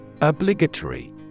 Obligatory